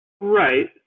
Right